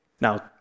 Now